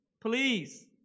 Please